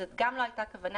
אז לא זאת הכוונה,